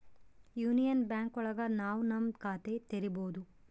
union Bank ಒಳಗ ನಾವ್ ನಮ್ ಖಾತೆ ತೆರಿಬೋದು